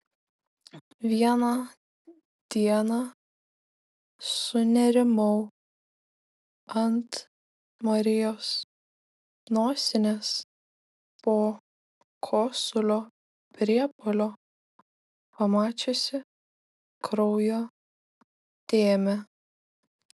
vieną dieną sunerimau ant marijos nosinės po kosulio priepuolio pamačiusi kraujo dėmę